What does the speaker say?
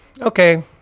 okay